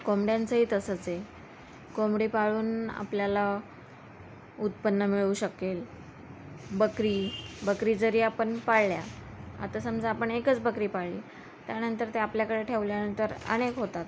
कोंबड्यांचंही तसंच आहे कोंबडी पाळून आपल्याला उत्पन्न मिळू शकेल बकरी बकरी जरी आपण पाळल्या आता समजा आपण एकच बकरी पाळली त्यानंतर ते आपल्याकडे ठेवल्यानंतर अनेक होतात